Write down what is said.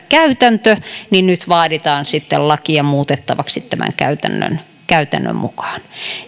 käytäntö niin nyt vaaditaan sitten lakia muutettavaksi tämän käytännön käytännön mukaan